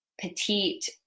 petite